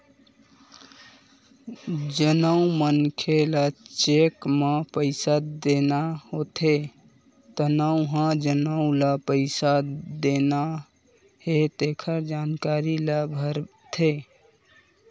जउन मनखे ल चेक म पइसा देना होथे तउन ह जउन ल पइसा देना हे तेखर जानकारी ल भरथे